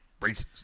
racist